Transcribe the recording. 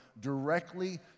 directly